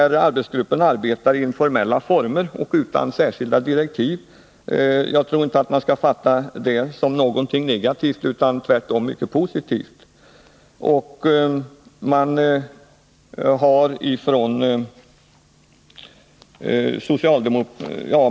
Arbetsgruppen arbetar i informella former och utan särskilda direktiv. Jag tror inte att man skall se det som någonting negativt utan tvärtom som någonting mycket positivt.